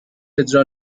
اجرا